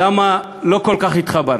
למה לא כל כך התחברתי.